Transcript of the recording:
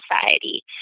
society